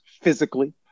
physically